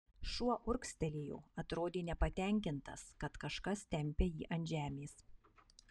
šuo urgztelėjo atrodė nepatenkintas kad kažkas tempia jį ant žemės